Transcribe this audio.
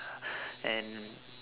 and